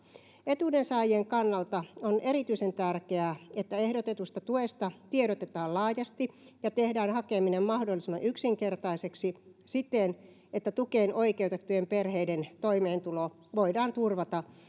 etuudensaajien kannalta on erityisen tärkeää että ehdotetusta tuesta tiedotetaan laajasti ja tehdään hakeminen mahdollisimman yksinkertaiseksi siten että tukeen oikeutettujen perheiden toimeentulo voidaan turvata